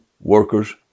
workers